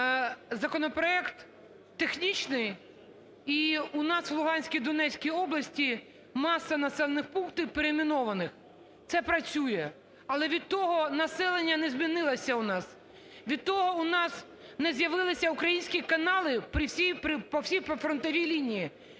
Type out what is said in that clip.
Законопроект технічний. І у нас в Луганській, і Донецькій області маса населених пунктів перейменованих, це працює. Але від того населення не змінилося у нас, від того у нас не з'явилися українські канали по всій прифронтовій лінії.